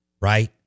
right